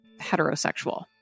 heterosexual